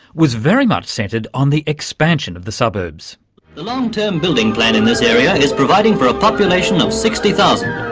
was very much centred on the expansion of the suburbs. the long-term building plan in this area is providing for a population of sixty thousand.